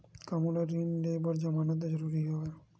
का मोला ऋण ले बर जमानत जरूरी हवय?